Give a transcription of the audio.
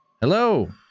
Hello